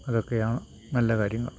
അതൊക്കെയാണ് നല്ല കാര്യങ്ങൾ